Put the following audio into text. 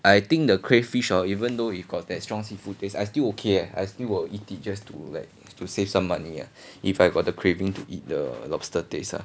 I think the crayfish or even though you've got that strong seafood taste I still okay I still eat it just to to save some money ah if I got the craving to eat the lobster taste ah